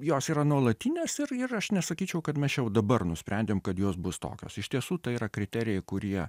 jos yra nuolatinės ir ir aš nesakyčiau kad mes jau dabar nusprendėm kad jos bus tokios iš tiesų tai yra kriterijai kurie